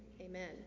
Amen